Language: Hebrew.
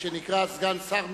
שנקרא סגן שר,